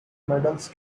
medals